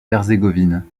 herzégovine